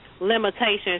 limitations